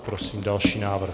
Prosím další návrh.